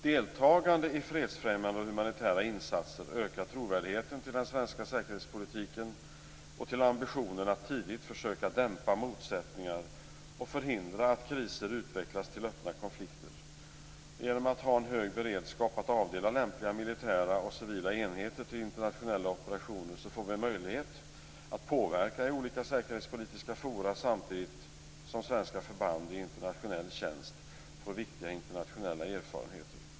Deltagande i fredsfrämjande och humanitära insatser ökar trovärdigheten beträffande den svenska säkerhetspolitiken och ambitionen att tidigt försöka dämpa motsättningar och förhindra att kriser utvecklas till öppna konflikter. Genom att ha en hög beredskap för att avdela lämpliga militära och civila enheter till internationella operationer får vi möjlighet att påverka i olika säkerhetspolitiska forum, samtidigt som svenska förband i internationell tjänst får viktiga internationella erfarenheter.